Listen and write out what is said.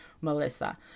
melissa